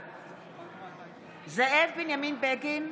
בעד זאב בנימין בגין,